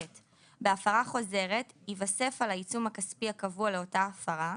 בהפרה חוזרת ייווסף על העיצום הכספי הקבוע לאותה הפרה,